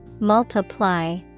multiply